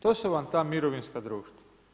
To su vam ta mirovinska društva.